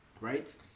Right